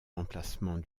remplacement